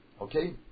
okay